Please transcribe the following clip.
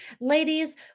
Ladies